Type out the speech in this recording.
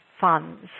funds